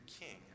king